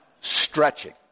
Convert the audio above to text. stretching